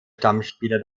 stammspieler